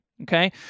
Okay